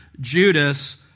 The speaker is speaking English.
Judas